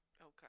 Okay